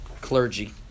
clergy